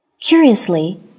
Curiously